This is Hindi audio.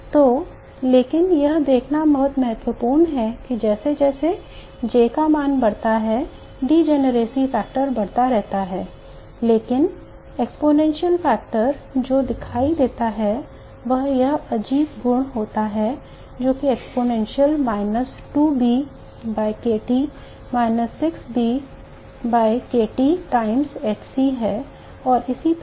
तो लेकिन यह देखना महत्वपूर्ण है कि जैसे जैसे J मान बढ़ता है अपक्षय कारक जो आपको दिखाई देता है उसमें यह अजीब गुण होता है कि exponential minus 2B by k T minus 6B by k T times h c और इसी प्रकार